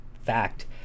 fact